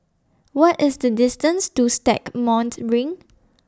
What IS The distance to Stagmont Ring